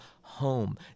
home